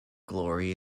glory